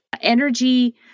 energy